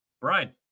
Brian